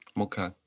Okay